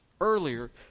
earlier